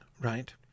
right